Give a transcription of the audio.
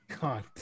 God